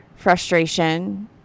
frustration